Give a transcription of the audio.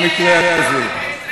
המקרה הזה.